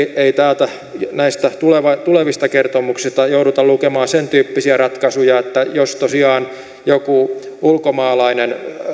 ei näistä tulevista tulevista kertomuksista jouduta lukemaan sen tyyppisiä ratkaisuja että jos tosiaan joku ulkomaalainen